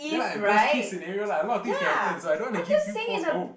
ya lah best case scenario lah a lot of things can happen like I don't want to give you false hope